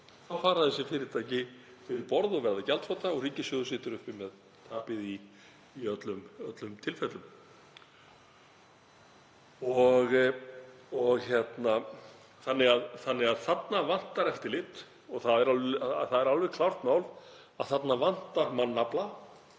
fara þessi fyrirtæki fyrir borð og verða gjaldþrota og ríkissjóður situr uppi með tapið í öllum tilfellum. Þarna vantar eftirlit og það er alveg klárt mál að þarna vantar mannafla.